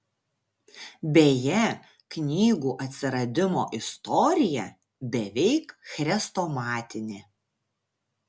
beje knygų atsiradimo istorija beveik chrestomatinė